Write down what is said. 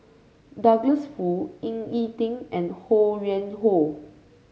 Douglas Foo Ying E Ding and Ho Yuen Hoe